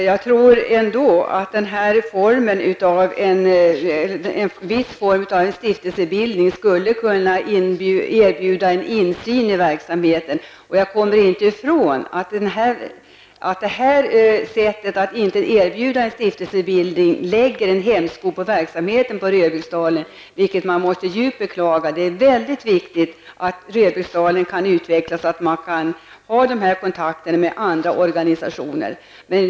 Fru talman! Jag tror ändå att en stiftelseform skulle kunna erbjuda en insyn i verksamheten. Jag kommer inte ifrån att man genom att inte erbjuda en stiftelsebildning lägger en hämsko på verksamheten i Röbäcksdalen, vilket jag djupt beklagar. Det är väldigt viktigt att Röbäcksdalen kan utvecklas, så att man kan upprätthålla kontakten med andra organisationer.